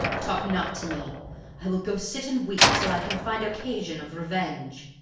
talk not to me i will go sit and weep till i can find occasion of revenge.